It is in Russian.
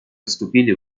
вступили